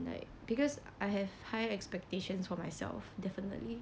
like because I have high expectations for myself definitely